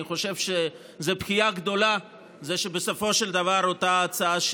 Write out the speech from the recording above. אני חושב שזאת בכייה גדולה שבסופו של דבר אותה הצעה,